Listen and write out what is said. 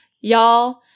Y'all